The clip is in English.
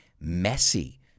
messy